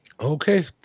Okay